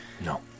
No